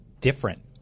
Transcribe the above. different